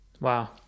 Wow